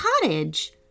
cottage